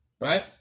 Right